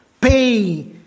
pay